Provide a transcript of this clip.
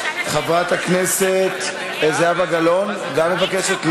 חברת הכנסת זהבה גלאון, גם מבקשת?